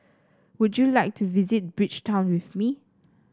would you like to visit Bridgetown with me